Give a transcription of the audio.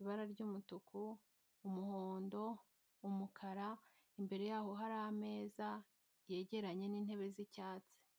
ibara ry'umutuku, umuhondo, umukara, imbere yaho hari ameza yegeranye n'intebe z'icyatsi.